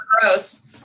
gross